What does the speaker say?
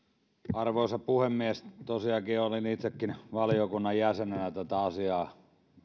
arvoisa puhemies tosiaankin olin itsekin valiokunnan jäsenenä tätä asiaa